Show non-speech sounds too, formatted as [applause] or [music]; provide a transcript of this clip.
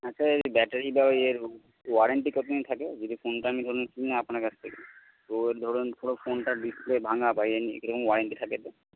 আচ্ছা এর ব্যাটারি বা এর ওয়ারেন্টি কতো দিন থাকে যদি ফোনটা আমি ধরুন কিনি আপনার থেকে তো ধরুন পুরো ফোনটার ডিসপ্লে ভাঙা বা [unintelligible] কি রকম ওয়ারেন্টি থাকে এতে